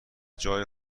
جای